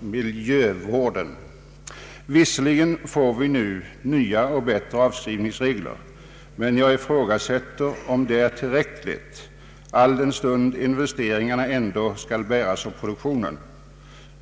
miljövården. Visserligen får vi nu nya och bättre avskrivningsregler, men jag ifrågasätter om de är till räckliga, alldenstund investeringarna ändå skall bäras av produktionen.